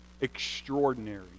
extraordinary